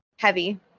Heavy